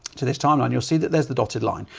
to this timeline, you'll see that there's the dotted line.